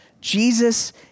Jesus